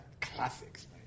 classics